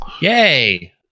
Yay